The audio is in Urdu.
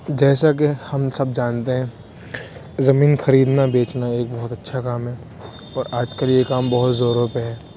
جیسا کہ ہم سب جانتے ہیں زمین خریدنا بیچنا ایک بہت اچھا کام ہے اور آج کل یہ کام بہت زوروں پہ ہے